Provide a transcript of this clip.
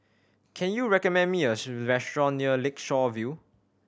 can you recommend me a restaurant near Lakeshore View